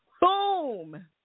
Boom